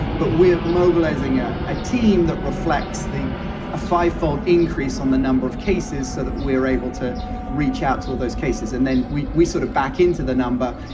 but we're mobilizing ah a team that reflects the ah fivefold increase on the number of cases so that we're able to reach out to those cases. and then we we sort of back into the number.